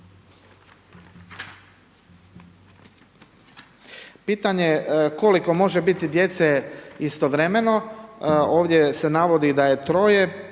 Pitanje je koliko može biti djece istovremeno, ovdje se navodi da je 3,